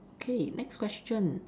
okay next question